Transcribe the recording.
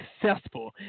successful